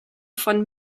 von